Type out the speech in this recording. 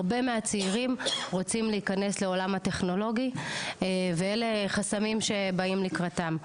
הרבה מהצעירים רוצים להיכנס לעולם הטכנולוגי ואלה חסמים שבאים לקראתם.